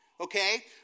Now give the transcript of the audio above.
okay